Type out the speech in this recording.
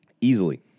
Easily